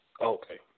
Okay